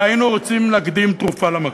והיינו רוצים להקדים תרופה למכה.